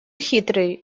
хитрый